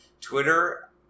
Twitter